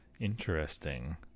interesting